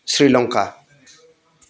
Sri Lanka